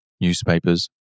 newspapers